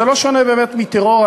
זה לא שונה באמת מטרור,